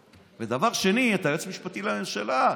2. אתה היועץ המשפטי לממשלה,